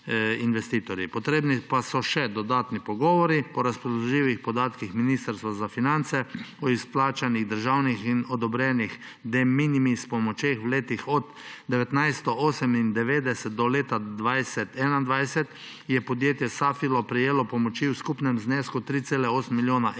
Potrebni pa so še dodatni pogovori. Po razpoložljivih podatkih Ministrstva za finance o izplačanih državnih in odobrenih de minimis pomočeh v letih od 1998 do leta 2020/2021 je podjetje Safilo prejelo v skupnem znesku 3,8 milijona evrov